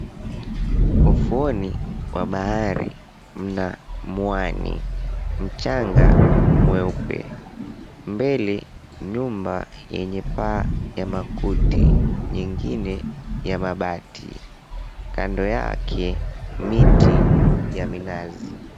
Ufuoni wa bahari mna mwani, mchanga mweupe mbele nyumba yenye paa ya makuti, nyingine ya mabati. Kando yake miti ya minazi.